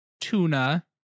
tuna